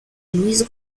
luis